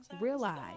Realize